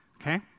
okay